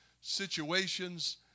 situations